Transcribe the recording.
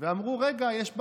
ואמרו: רגע, יש בעיה.